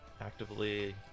actively